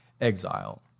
exile